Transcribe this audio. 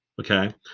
Okay